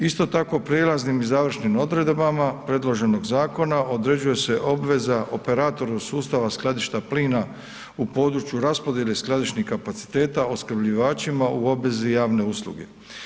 Isto tako, prijelaznim i završnim odredbama predloženog zakona, određuje se obveza operatoru sustava skladišta plina u području raspodjele skladišnih kapaciteta, opskrbljivačima u obvezi javne usluge.